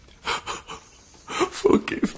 Forgive